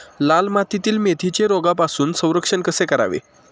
लाल मातीतील मेथीचे रोगापासून संरक्षण कसे करावे?